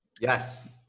yes